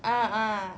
ah ah